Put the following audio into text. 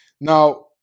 Now